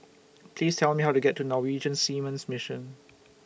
Please Tell Me How to get to Norwegian Seamen's Mission